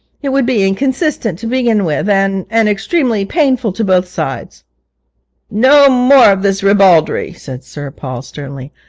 it would be inconsistent, to begin with, and and extremely painful to both sides no more of this ribaldry said sir paul sternly.